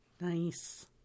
Nice